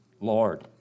Lord